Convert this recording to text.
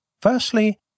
Firstly